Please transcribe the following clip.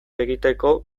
egiteko